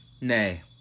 Nay